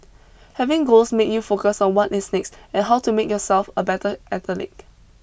having goals makes you focus on what is next and how to make yourself a better athlete